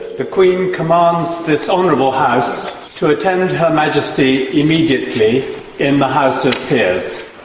the queen commands this honourable house to attend her majesty immediately in the house of peers.